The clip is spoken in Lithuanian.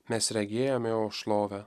mes regėjome jo šlovę